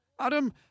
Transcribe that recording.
Adam